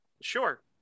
Sure